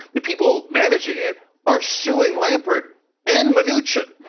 the people managing it are suing lampert and mnuchin,